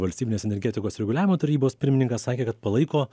valstybinės energetikos reguliavimo tarybos pirmininkas sakė kad palaiko